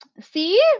See